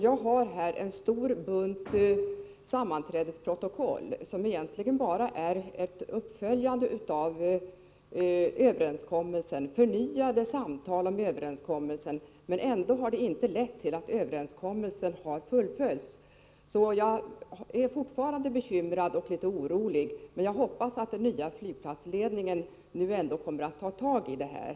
Jag har här en stor bunt sammanträdesprotokoll som egentligen bara innehåller uppföljningar av, och förnyade samtal om, överenskommelsen. Ändå har det inte lett till att överenskommelsen fullföljts. Jag är fortfarande bekymrad och litet orolig, men jag hoppas att den nya flygplatsledningen nu kommer att ta tag i frågan.